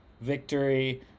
victory